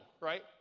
right